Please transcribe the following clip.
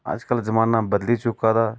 अज्ज कल जमाना बदली चुके दा